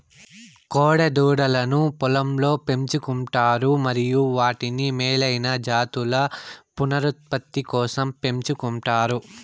కోడె దూడలను పొలంలో పెంచు కుంటారు మరియు వాటిని మేలైన జాతుల పునరుత్పత్తి కోసం పెంచుకుంటారు